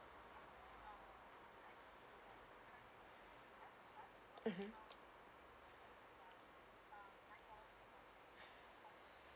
mmhmm